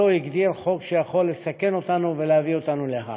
שאותו הגדיר חוק שיכול לסכן אותנו ולהביא אותנו להאג.